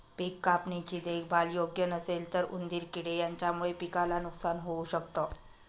पिक कापणी ची देखभाल योग्य नसेल तर उंदीर किडे यांच्यामुळे पिकाला नुकसान होऊ शकत